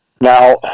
Now